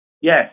Yes